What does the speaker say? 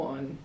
One